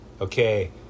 okay